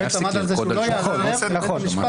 היועץ עמד על זה --- בסדר, נכון.